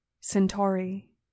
Centauri